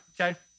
okay